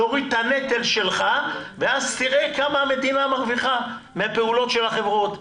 להוריד את הנטל שלך ואז תראה כמה המדינה מרוויחה מהפעולות של החברות.